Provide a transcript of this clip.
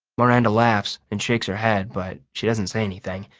miranda laughs and shakes her head but she doesn't say anything.